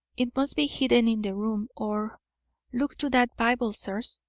it must be hidden in the room, or look through that bible, sirs.